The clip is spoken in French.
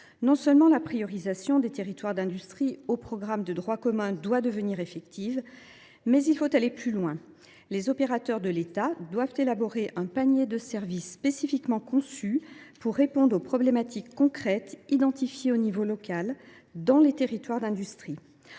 Non seulement l’accès prioritaire desdits territoires aux programmes de droit commun doit devenir effectif, mais il faut aller plus loin : les opérateurs de l’État doivent élaborer un panier de services spécifiquement conçu pour répondre aux problématiques concrètes identifiées à l’échelle locale dans les territoires d’industrie.